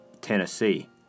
Tennessee